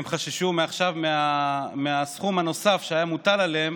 והם חששו מהסכום הנוסף שהיה מוטל עליהם